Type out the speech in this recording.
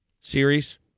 series